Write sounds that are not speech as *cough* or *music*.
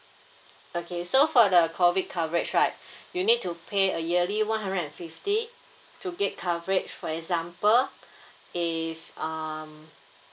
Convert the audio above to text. okay so for the COVID coverage right *breath* you need to pay a yearly one hundred and fifty to get coverage for example *breath* if um